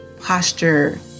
posture